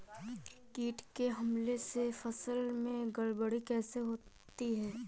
कीट के हमले से फसल में गड़बड़ी कैसे होती है?